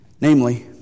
Namely